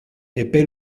epe